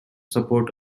support